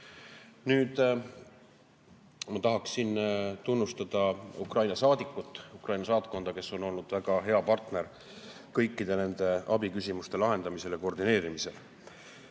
annavad. Ma tahan tunnustada Ukraina saadikut, Ukraina saatkonda, kes on olnud väga hea partner kõikide abiküsimuste lahendamisel ja koordineerimisel.